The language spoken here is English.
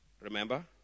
remember